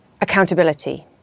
accountability